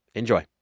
enjoy